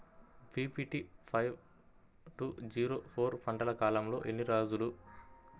BPT five two zero four పంట కాలంలో ఎన్ని రోజులు?